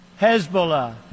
Hezbollah